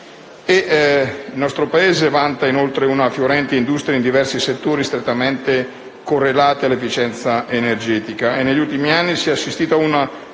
il nostro Paese vanta inoltre una fiorente industria in diversi settori strettamente correlati all'efficienza energetica. Negli ultimi anni si è assistito ad una